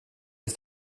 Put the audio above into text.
ist